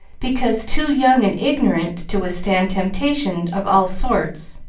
because too young and ignorant to withstand temptations of all sorts.